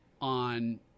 on